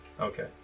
Okay